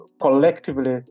collectively